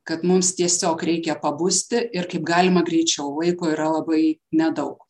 kad mums tiesiog reikia pabusti ir kaip galima greičiau laiko yra labai nedaug